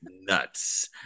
nuts